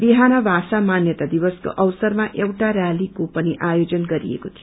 बिहान भाषा मान्यता दिवसको अवसरामा एउटा रैलीको पनि आयोजन गरिएको थियो